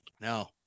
no